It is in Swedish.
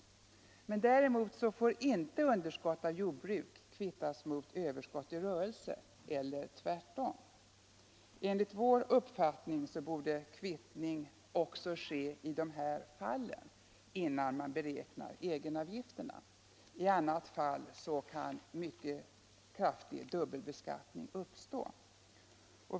Däremot får inte underskott av jordbruk kvittas mot överskott i rörelse eller tvärtom. Enligt vår uppfattning borde kvittning också ske i dessa fall innan man beräknar egenavgifterna. I annat fall kan mycket kraftig dubbelbeskattning uppstå.